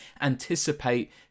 anticipate